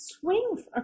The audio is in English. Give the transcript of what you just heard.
swing